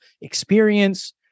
experience